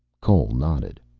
cole nodded.